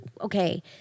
Okay